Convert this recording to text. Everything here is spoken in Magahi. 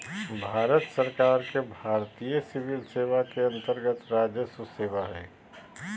भारत सरकार के भारतीय सिविल सेवा के अन्तर्गत्त राजस्व सेवा हइ